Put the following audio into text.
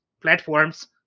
platforms